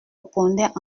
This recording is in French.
répondait